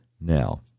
Now